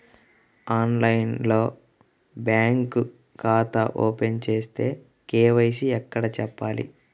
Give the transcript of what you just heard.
ఆన్లైన్లో బ్యాంకు ఖాతా ఓపెన్ చేస్తే, కే.వై.సి ఎక్కడ చెప్పాలి?